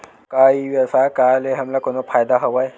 का ई व्यवसाय का ले हमला कोनो फ़ायदा हवय?